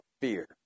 fear